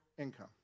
income